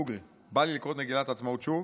דוגרי, בא לי לקרוא את מגילת העצמאות שוב.